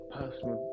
personal